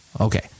Okay